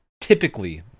typically